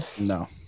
No